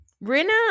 Rina